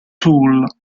tool